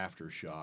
aftershock